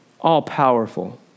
all-powerful